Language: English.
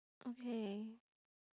okay